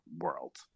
world